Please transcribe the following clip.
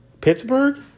Pittsburgh